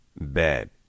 bed